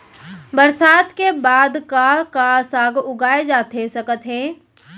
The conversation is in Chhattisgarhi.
बरसात के बाद का का साग उगाए जाथे सकत हे?